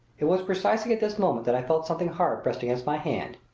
it was precisely at this moment that i felt something hard pressed against my hand.